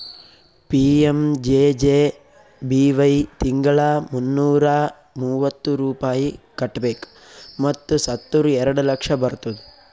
PMJJBY ತಿಂಗಳಾ ಮುನ್ನೂರಾ ಮೂವತ್ತು ರೂಪಾಯಿ ಕಟ್ಬೇಕ್ ಮತ್ ಸತ್ತುರ್ ಎರಡ ಲಕ್ಷ ಬರ್ತುದ್